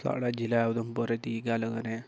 साढ़े जि'ला उधमपुर दी गल्ल करें